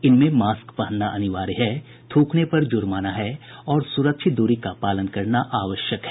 इनमें मास्क पहनना अनिवार्य है थ्रकने पर जुर्माना है और सुरक्षित दूरी का पालन करना आवश्यक है